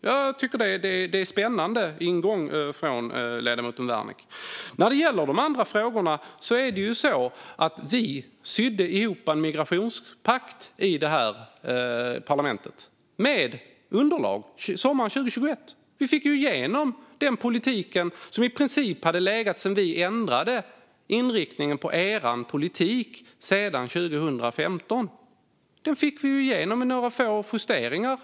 Jag tycker att det är en spännande ingång från ledamoten Wärnick. När det gäller de andra frågorna sydde vi med vårt underlag ihop en migrationspakt i det här parlamentet sommaren 2021. Vi fick igenom den politik som i princip hade gällt sedan 2015, när vi ändrade inriktningen på er politik. Den fick vi igenom här i kammaren med några få justeringar.